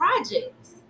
projects